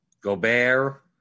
Gobert